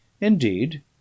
Indeed